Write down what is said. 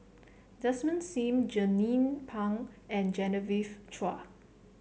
Desmond Sim Jernnine Pang and Genevieve Chua